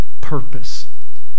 purpose